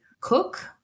cook